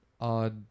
odd